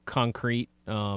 concrete –